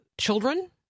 children